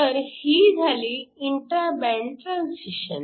तर ही झाली इंट्राबँड ट्रान्सिशन